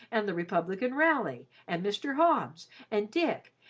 and the republican rally, and mr. hobbs and dick,